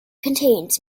contains